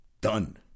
done